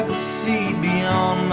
see beyond